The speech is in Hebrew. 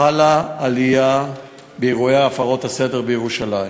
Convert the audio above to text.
חלה עלייה באירועי הפרות הסדר בירושלים,